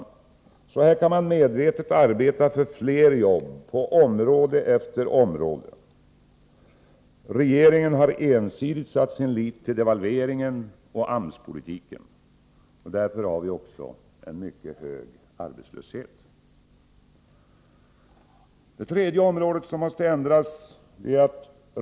Så kan man medvetet arbeta för fler jobb på område efter område. Regeringen har ensidigt satt sin lit till devalveringen och AMS-politiken. Därför har vi också en stor arbetslöshet. Sedan till det tredje området där det måste bli en ändring.